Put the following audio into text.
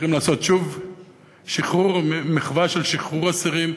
צריכים לעשות שוב מחווה של שחרור אסירים.